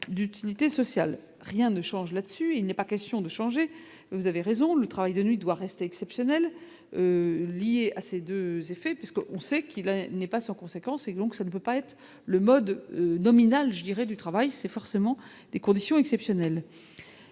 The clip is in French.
d'utilité sociale, rien ne change, là-dessus, il n'est pas question de changer, vous avez raison, le travail de nuit doit rester exceptionnel lié à ces 2 effets parce qu'on sait qu'il n'est pas sans conséquences, et donc ça ne peut pas être le mode nominal, je dirais, du travail, c'est forcément les conditions exceptionnelles,